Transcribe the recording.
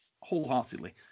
wholeheartedly